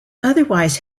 otherwise